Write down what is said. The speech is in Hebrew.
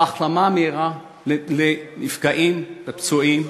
והחלמה מהירה לנפגעים, לפצועים.